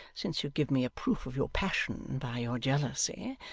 since you give me a proof of your passion by your jealousy,